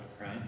right